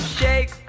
shake